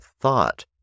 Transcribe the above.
thought